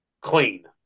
clean